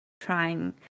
trying